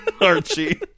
Archie